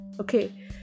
Okay